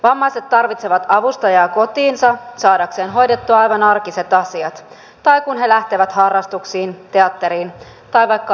vammaiset tarvitsevat avustajaa kotiinsa saadakseen hoidettua aivan arkiset asiat tai kun he lähtevät harrastuksiin teatteriin tai vaikka asioille kauppaan